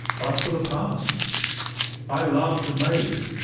but for the past i loved a maid